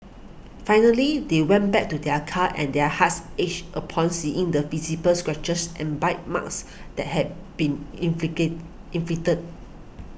finally they went back to their car and their hearts ached upon seeing the visible scratches and bite marks that had been inflicted